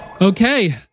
Okay